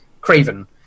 Craven